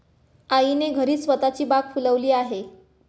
आईने घरीच स्वतःची बाग फुलवली आहे